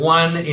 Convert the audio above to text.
one